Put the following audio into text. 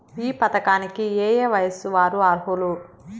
ఈ పథకానికి ఏయే వయస్సు వారు అర్హులు?